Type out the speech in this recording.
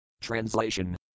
Translation